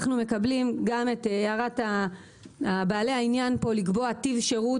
אנחנו מקבלים גם את הערת בעלי העניין פה לקבוע טיב שירות